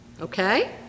Okay